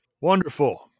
wonderful